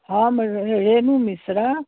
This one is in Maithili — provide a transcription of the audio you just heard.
हम रेनू मिश्रा